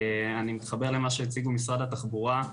אני מתחבר למה שהציגו משרד התחבורה.